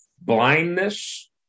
Blindness